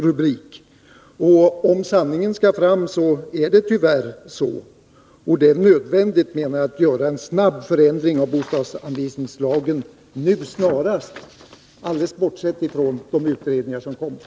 Hur ser regeringen på förhållandet att statlig verksamhet i bolagsform enligt gällande instruktion är undantagen JO:s, JK:s och riksdagsrevisorernas granskningsmöjlighet?